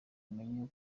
umenye